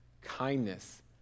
kindness